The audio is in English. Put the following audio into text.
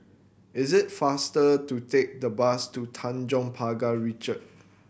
is it faster to take the bus to Tanjong Pagar Ricoh